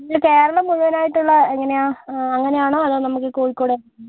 കേരളം മുഴുവനായിട്ടുള്ള എങ്ങനെയാണ് ആ അങ്ങനെയാണോ അതോ നമുക്ക് കോഴിക്കോട്